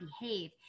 behave